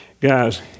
guys